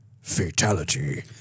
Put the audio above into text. fatality